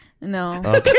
No